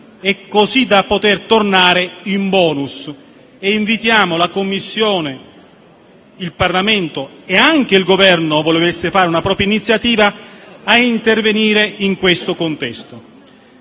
così da poter tornare in *bonus*. Invitiamo la Commissione, il Parlamento e anche il Governo, qualora volesse fare una propria iniziativa, a intervenire in questo contesto.